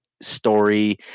story